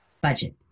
budget